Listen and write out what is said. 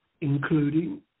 including